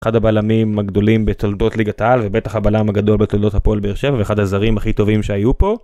אחד הבלמים הגדולים בתולדות ליגה טל ובטח הבלם הגדול בתולדות הפועל בר שבע ואחד הזרים הכי טובים שהיו פה